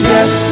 Yes